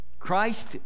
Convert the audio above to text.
Christ